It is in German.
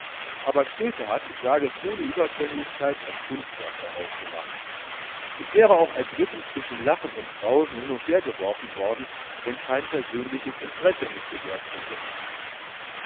aber stilpe hat ich sage es ohne überschwänglichkeit ein kunstwerk daraus gemacht ich wäre auch ergriffen zwischen lachen und grausen hin und hergeworfen worden wenn kein persönliches interesse mitgewirkt hätte